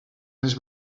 més